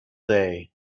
day